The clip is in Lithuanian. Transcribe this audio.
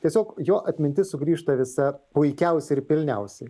tiesiog jo atmintis sugrįžta visa puikiausiai ir pilniausiai